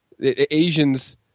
Asians